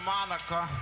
Monica